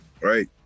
Right